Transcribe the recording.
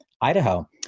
Idaho